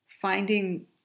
finding